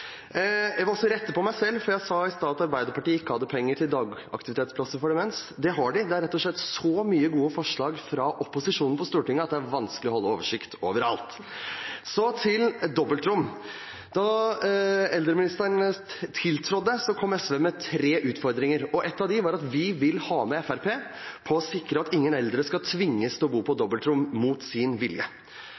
Jeg må også rette på meg selv, for jeg sa i stad at Arbeiderpartiet ikke hadde penger til dagaktivitetsplasser for demens. Det har de. Det er rett og slett så mange gode forslag fra opposisjonen på Stortinget at det er vanskelig å holde oversikt over alt! Så til dobbeltrom: Da eldreministeren tiltrådte, kom SV med tre utfordringer, og en av dem var at vi vil ha med Fremskrittspartiet på å sikre at ingen eldre skal tvinges til å bo på dobbeltrom mot sin vilje.